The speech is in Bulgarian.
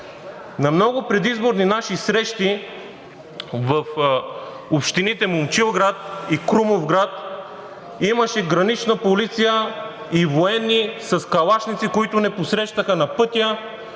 На много предизборни наши срещи – в общините Момчилград и Крумовград, имаше гранична полиция и военни с калашници, които ни посрещаха на пътя